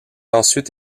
ensuite